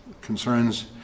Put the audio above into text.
concerns